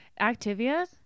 Activia